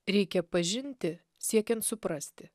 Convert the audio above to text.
reikia pažinti siekiant suprasti